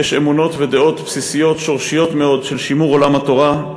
יש אמונות ודעות בסיסיות שורשיות מאוד של שימור עולם התורה,